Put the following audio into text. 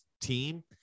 team